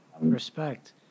Respect